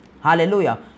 hallelujah